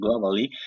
globally